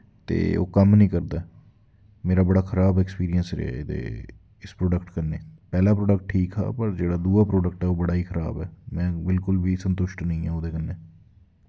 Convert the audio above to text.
ते ओह् कम्म नेईं करदा मेरा बड़ा खराब अक्सपिरिंस रेहा एह्दे इस प्रोडक्ट कन्ने पैह्ला प्रो़डक्ट ठीक हा पर दुआ प्रोडक्ट ओह् बड़ा गै खराब ऐ में बिल्कुल बी संतुशट निं आं ओह्दे कन्नै